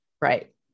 Right